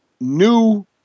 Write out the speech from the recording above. new